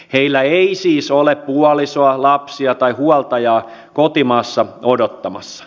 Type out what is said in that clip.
heillä ei siis ole puolisoa lapsia tai huoltajaa kotimaassa odottamassa